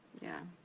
yeah,